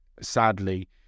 sadly